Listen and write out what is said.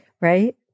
right